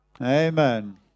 Amen